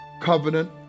covenant